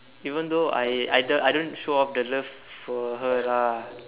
even though I I don't show off the love for her lah